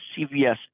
CVS